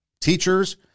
teachers